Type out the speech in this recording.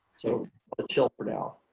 so ah chill for now.